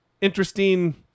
interesting